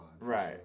right